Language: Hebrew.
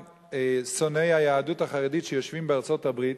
שונאי היהדות החרדית שיושבים בארצות-הברית,